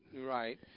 Right